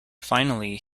finally